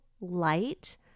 light